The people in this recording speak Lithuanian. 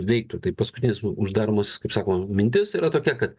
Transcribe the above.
veiktų tai paskutinis uždaromas kaip sakoma mintis yra tokia kad